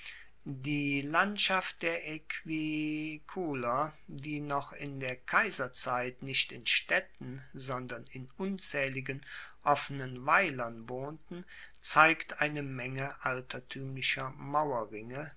die landschaft der aequiculer die noch in der kaiserzeit nicht in staedten sondern in unzaehligen offenen weilern wohnten zeigt eine menge altertuemlicher mauerringe